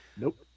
Nope